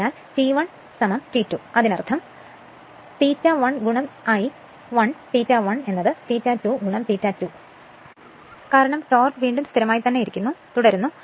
അതിനാൽ T1 T2 അതിനർത്ഥം വേണ്ടി അതായത് ∅1 I 1 ∅ 1 ∅2 ∅2 കാരണം ടോർക്ക് സ്ഥിരമായി തുടരുന്നു